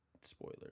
Spoiler